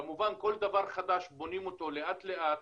כמובן כל דבר חדש, בונים אותו לאט לאט.